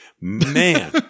Man